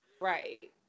Right